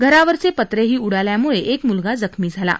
घरांवरचे पत्रेही उडाल्यामुळं एक मुलगा जखमी झाला आहे